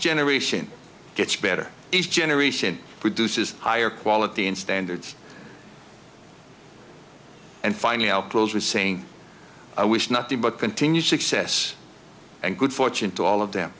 generation gets better each generation produces higher quality and standards and finding out those was saying i wish nothing but continued success and good fortune to all of them